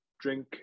drink